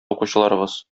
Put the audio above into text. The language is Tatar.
укучыларыбыз